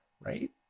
Right